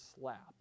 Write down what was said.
slap